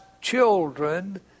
children